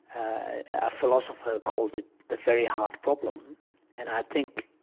a philosopher called it the very hard problem and i think,